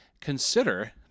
consider